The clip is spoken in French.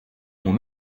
mots